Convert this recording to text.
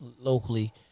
locally